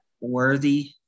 Worthy